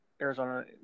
Arizona